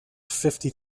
fifty